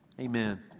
Amen